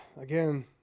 again